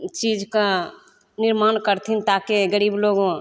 चीजके निर्माण करथिन ताकि गरीब लोक